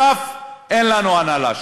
ונוסף על כך אין לנו הנהלה שם.